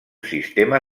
sistema